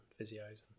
physios